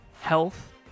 health